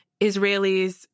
Israelis